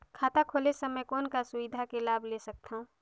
खाता खोले समय कौन का सुविधा के लाभ ले सकथव?